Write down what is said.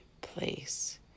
place